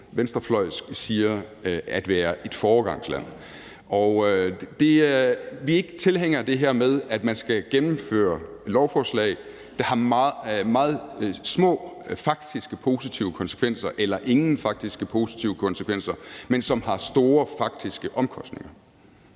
venstrefløjsk siger handler om at være et foregangsland. Og vi er ikke tilhængere af det her med, at man skal gennemføre lovforslag, der har meget små faktiske positive konsekvenser eller ingen faktiske positive konsekvenser, men som har store faktiske omkostninger.